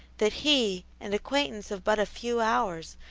that he, an acquaintance of but a few hours,